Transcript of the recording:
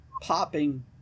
popping